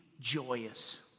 joyous